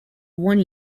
one